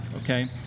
Okay